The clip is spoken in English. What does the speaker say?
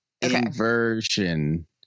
inversion